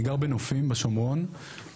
אני גר בנופים בשומרון,